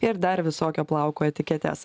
ir dar visokio plauko etiketes